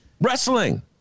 Wrestling